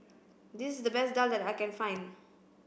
this is the best Daal that I can find